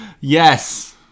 Yes